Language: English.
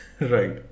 Right